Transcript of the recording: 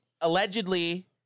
allegedly